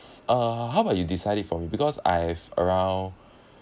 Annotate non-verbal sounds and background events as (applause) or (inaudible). uh how about you decide for me because I have around (breath)